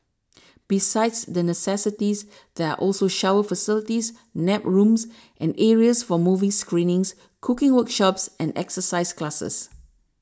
besides the necessities there are also shower facilities nap rooms and areas for movie screenings cooking workshops and exercise classes